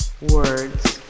Words